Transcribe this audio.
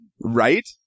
Right